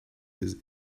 his